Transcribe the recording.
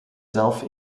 zelf